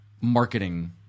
Marketing